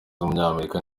w’umunyamerika